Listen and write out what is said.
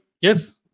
yes